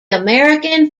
american